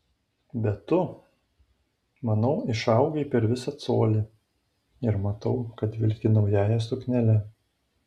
bet tu manau išaugai per visą colį ir matau kad vilki naująja suknele